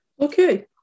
Okay